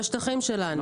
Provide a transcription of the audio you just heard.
בשטחים שלנו.